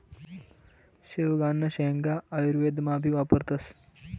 शेवगांना शेंगा आयुर्वेदमा भी वापरतस